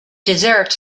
dessert